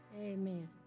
Amen